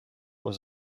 was